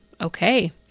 okay